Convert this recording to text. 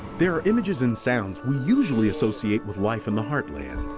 there are images and sounds we usually associate with life in the heartland.